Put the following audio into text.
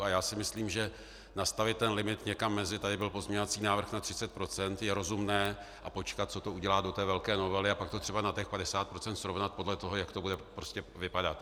A já si myslím, že nastavit ten limit někam, tady byl pozměňovací návrh na 30 %, je rozumné, a počkat, co to udělá, do té velké novely, a pak to třeba na těch 50 procent srovnat podle toho, jak to bude vypadat.